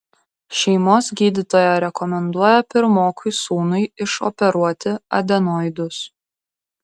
šeimos gydytoja rekomenduoja pirmokui sūnui išoperuoti adenoidus